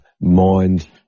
mind